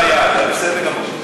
יש רוויה, זה בסדר גמור.